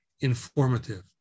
informative